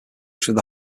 through